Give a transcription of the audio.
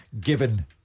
Given